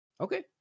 Okay